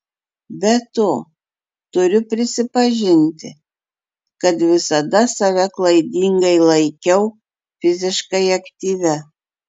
be to turiu prisipažinti kad visada save klaidingai laikiau fiziškai aktyvia